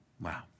Wow